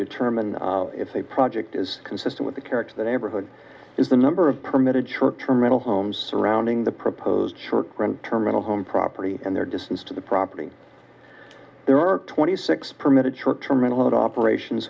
determine if a project is consistent with the character the neighborhood is the number of permitted short term rental homes surrounding the proposed short term into home property and their distance to the property there are twenty six permitted short term intimate operations